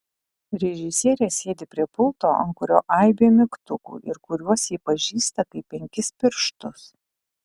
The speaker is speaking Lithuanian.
režisierė sėdi prie pulto ant kurio aibė mygtukų ir kuriuos ji pažįsta kaip penkis pirštus